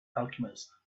alchemist